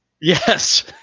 Yes